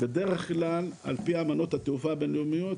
בדרך כלל על פי אמנות התעופה הבינלאומיות,